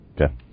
Okay